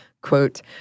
quote